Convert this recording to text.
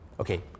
Okay